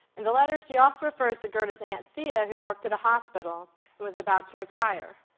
in the letter she also refers to gerda's aunt thea who worked at a hospital and was about to retire.